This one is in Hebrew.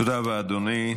תודה רבה, אדוני.